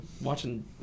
watching